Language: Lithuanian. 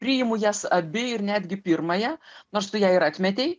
priimu jas abi ir netgi pirmąją nors tu ją ir atmetei